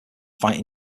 fight